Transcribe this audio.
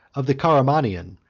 of the caramanian,